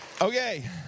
Okay